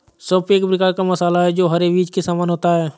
सौंफ एक प्रकार का मसाला है जो हरे बीज के समान होता है